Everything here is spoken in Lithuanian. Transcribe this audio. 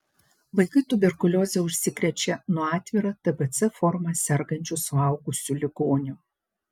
vaikai tuberkulioze užsikrečia nuo atvira tbc forma sergančių suaugusių ligonių